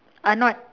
are not